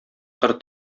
кыр